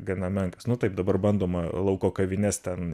gana menkas nu taip dabar bandoma lauko kavines ten